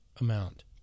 amount